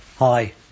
Hi